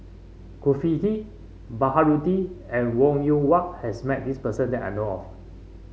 Baharudin and Wong Yoon Wah has met this person that I know of